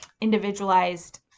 individualized